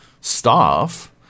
staff